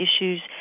issues